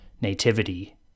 nativity